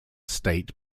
state